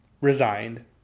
resigned